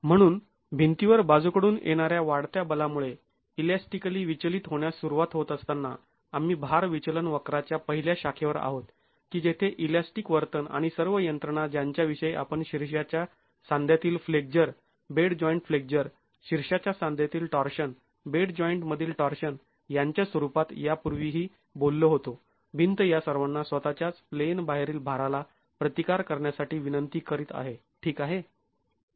म्हणून भिंतीवर बाजूकडून येणाऱ्या वाढत्या बलामुळे ईल्यास्टिकली विचलित होण्यास सुरुवात होत असताना आम्ही भार विचलन वक्राच्या पहिल्या शाखेवर आहोत की जेथे ईलॅस्टिक वर्तन आणि सर्व यंत्रणा ज्यांच्याविषयी आपण शीर्षाच्या सांध्यातील फ्लेक्झर बेड जॉईंट फ्लेक्झर शीर्षाच्या सांध्यातील टॉर्शन बेड जॉइंट मधील टॉर्शन यांच्या स्वरूपात यापूर्वीही बोललो होतो भिंत या सर्वांना स्वतःच्याच प्लेन बाहेरील भाराला प्रतिकार करण्यासाठी विनंती करत आहे ठीक आहे